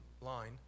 line